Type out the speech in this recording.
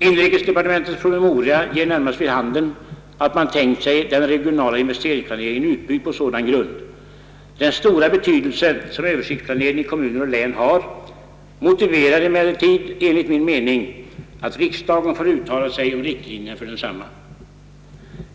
Inrikesdepartementets promemoria ger närmast vid handen, att man tänkt sig den regionala investeringsplaneringen utbyggd på en sådan grund. Den stora betydelse, som översiktsplaneringen i kommuner och län har, motiverar emellertid enligt min mening, att riksdagen får uttala sig om riktlinjerna för densamma.